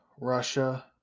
Russia